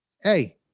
hey